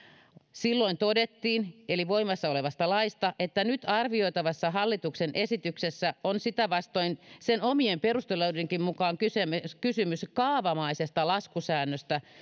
silloin todettiin voimassa olevasta laista että nyt arvioitavassa hallituksen esityksessä on sitä vastoin sen omien perusteluidenkin mukaan kysymys kaavamaisesta laskusäännöstä